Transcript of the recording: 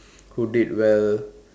who did well